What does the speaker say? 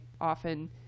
often